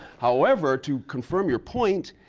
however, to confirm your point,